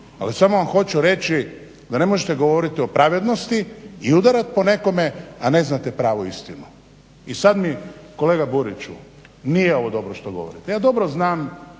Ali samo vam hoću reći da ne možete govoriti o pravednosti i udarat po nekome, a ne znate pravu istinu. I sad mi kolega Buriću nije ovo dobro što vi govorite. Ja dobro znam